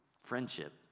friendship